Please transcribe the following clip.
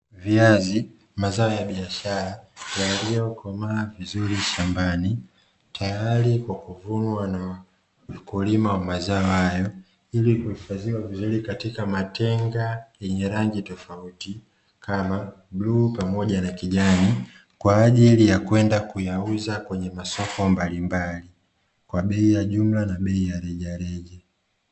Viazi mazao ya biashara yaliyokomaa vizuri shambani tayari kwa kulima mazao hayo ili kuhifadhiwa vizuri katika matenga yenye rangi tofauti kama bluu pamoja na kijani, kwa ajili ya kwenda kuyauza kwenye masoko mbalimbali kwa bei ya jumla na bei ya rejareja.